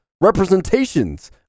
representations